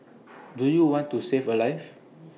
do you want to save A life